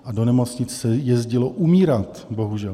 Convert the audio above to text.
A do nemocnice se jezdilo umírat, bohužel.